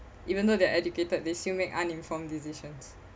even though they are educated they still make uninformed decisions